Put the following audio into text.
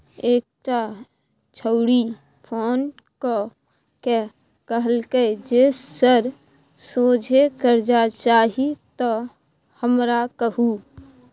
एकटा छौड़ी फोन क कए कहलकै जे सर सोझे करजा चाही त हमरा कहु